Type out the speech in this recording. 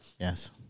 Yes